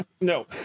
No